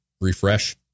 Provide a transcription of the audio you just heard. refresh